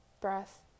breath